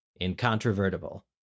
incontrovertible